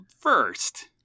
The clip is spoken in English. first